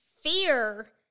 fear